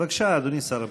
בבקשה, אדוני שר הבריאות.